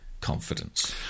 confidence